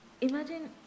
Imagine